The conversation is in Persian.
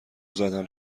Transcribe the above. زدن